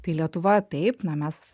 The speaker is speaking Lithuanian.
tai lietuva taip na mes